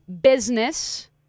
business